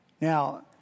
now